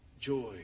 joy